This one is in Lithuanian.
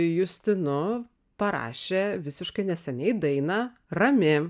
justinu parašė visiškai neseniai dainą rami